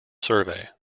survey